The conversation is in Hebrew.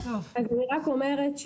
אני רק אומרת,